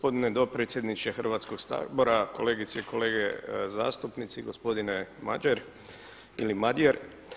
Gospodine dopredsjedniče Hrvatskog sabora, kolegice i kolege zastupnici, gospodine Mađer ili Madjer.